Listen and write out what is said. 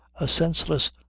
a senseless,